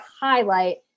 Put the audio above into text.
highlight